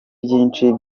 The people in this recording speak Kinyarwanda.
byinshi